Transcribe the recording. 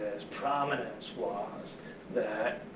his prominence, was that